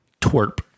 twerp